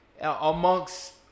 Amongst